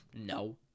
no